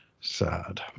sad